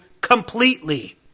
completely